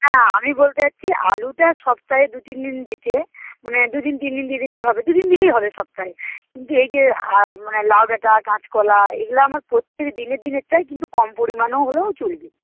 না আমি বলতে চাইছি আলুটা সপ্তাহে দু তিন দিন দিতে মানে দুদিন তিন দিন দিয়ে দিলেই হবে দুদিন দিলেই হবে সপ্তাহে কিন্তু এই যে মানে লাউডাঁটা কাঁচকলা এগুলো আমার প্রত্যেক দিনের দিনের চাই কিন্তু কম পরিমাণেও হলেও চলবে